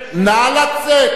נא לצאת.